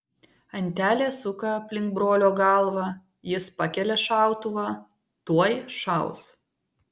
antelė suka aplink brolio galvą jis pakelia šautuvą tuoj šaus